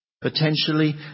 potentially